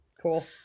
Cool